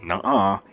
nuh ah.